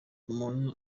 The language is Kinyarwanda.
umuntu